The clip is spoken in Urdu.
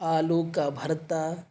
آلو کا بھرتا